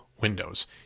windows